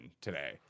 today